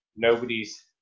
Nobody's